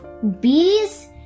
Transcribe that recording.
Bees